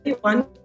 one